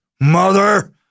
Mother